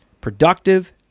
productive